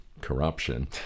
corruption